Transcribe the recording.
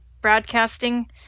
broadcasting